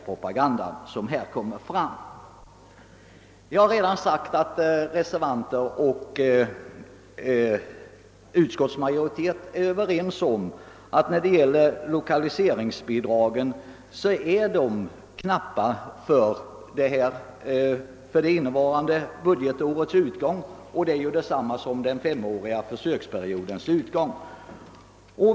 Jag har redan sagt att reservanter och utskottsmajoritet är överens om att lokaliseringsbidragen är knappa vid det innevarande budgetårets utgång, som är detsamma som den femåriga försöksperiodens utgång.